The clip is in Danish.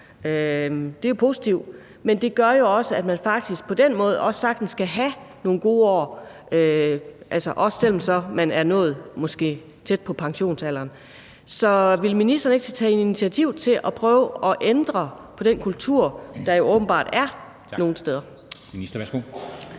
Det er jo positivt, og det gør også, at man sagtens kan have nogle gode år, også selv om man så måske er nået til et sted tæt på pensionsalderen. Så vil ministeren ikke tage initiativ til at prøve at ændre på den kultur, der jo åbenbart er nogle steder?